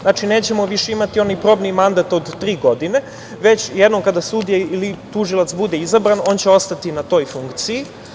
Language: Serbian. Znači, nećemo više imati onaj probni mandat od tri godine, već jednom kada sudije ili tužilac bude izabran, on će ostati na toj funkciji.